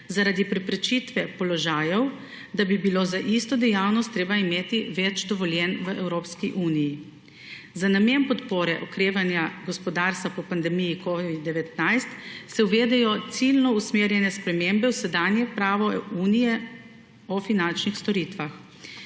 zaradi preprečitve položajev, da bi bilo za isto dejavnost treba imeti več dovoljenj v Evropski uniji; za namen podpore okrevanja gospodarstva po pandemiji covid-19 se uvedejo ciljno usmerjene spremembe v sedanje pravo Unije o finančnih storitvah,